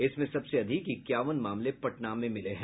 इसमें सबसे अधिक इक्यावन मामले पटना में मिले हैं